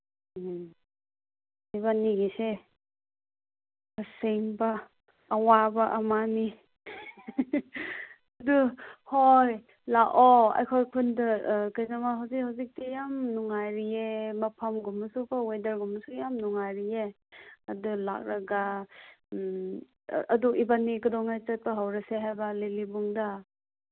ꯎꯝ ꯏꯕꯥꯅꯤꯒꯤꯁꯦ ꯑꯁꯦꯡꯕ ꯑꯋꯥꯕ ꯑꯃꯅꯤ ꯑꯗꯨ ꯍꯣꯏ ꯂꯥꯛꯑꯣ ꯑꯩꯈꯣꯏ ꯈꯨꯟꯗ ꯀꯩꯅꯣꯝꯃ ꯍꯧꯖꯤꯛ ꯍꯧꯖꯤꯛꯇꯤ ꯌꯥꯝ ꯅꯨꯡꯉꯥꯏꯔꯤꯌꯦ ꯃꯐꯝꯒꯨꯝꯕꯁꯨꯀꯣ ꯋꯦꯗꯔꯒꯨꯝꯕꯁꯨ ꯌꯥꯝ ꯅꯨꯡꯉꯥꯏꯔꯤꯌꯦ ꯑꯗꯨ ꯂꯥꯛꯂꯒ ꯑꯗꯨ ꯏꯕꯥꯅꯤ ꯀꯩꯗꯧꯉꯩ ꯆꯠꯄ ꯍꯧꯔꯁꯦ ꯍꯥꯏꯕ ꯂꯤꯂꯤꯕꯨꯡꯗ